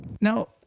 now